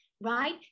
right